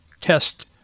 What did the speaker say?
test